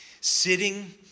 sitting